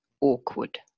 awkward